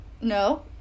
No